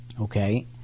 Okay